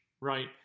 right